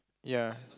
ya